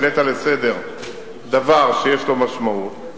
העלית לסדר-היום דבר שיש לו משמעות,